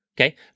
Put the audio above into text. okay